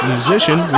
Musician